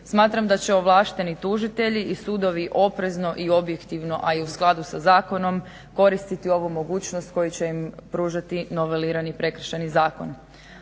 Smatram da će ovlašteni tužitelji i sudovi oprezno i objektivno, a i u skladu sa zakonom koristiti ovu mogućnost koja će im pružati novelirani Prekršajni zakon.